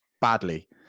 badly